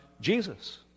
Jesus